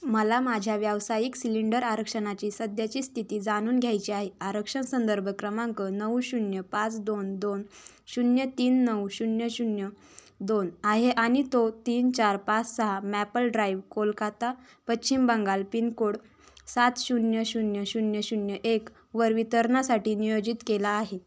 मला माझ्या व्यावसायिक सिलिंडर आरक्षणाची सध्याची स्थिती जाणून घ्यायची आहे आरक्षण संदर्भ क्रमांक नऊ शून्य पाच दोन दोन शून्य तीन नऊ शून्य शून्य दोन आहे आणि तो तीन चार पाच सहा Maple Drive Kolkata Paschim Bangal pin code सात शून्य शून्य शून्य शून्य एक वर वितरणासाठी नियोजित केला आहे